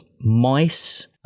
mice